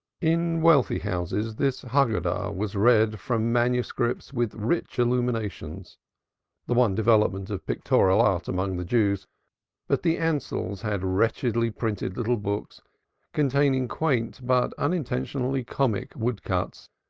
in wealthy houses this hagadah was read from manuscripts with rich illuminations the one development of pictorial art among the jews but the ansells had wretchedly-printed little books containing quaint but unintentionally comic wood-cuts,